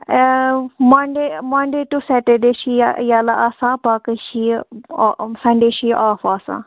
Monday Monday to Saturday چھِ یہِ یَیٚلہٕ آسان باقٕے چھِ یہِ سَنٛڈے چھُ یہِ آف آسان